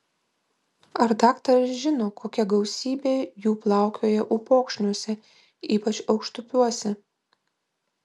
ar daktaras žino kokia gausybė jų plaukioja upokšniuose ypač aukštupiuose